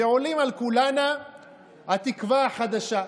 ועולה על כולנה התקווה החדשה.